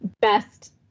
best